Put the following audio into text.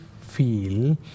feel